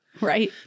Right